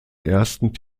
ersten